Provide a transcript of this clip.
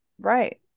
Right